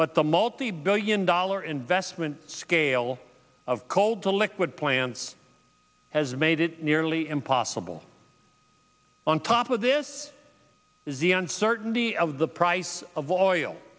but the multi billion dollar investment scale of coal to liquid plants has made it nearly impossible on top of this is the uncertainty of the price of oil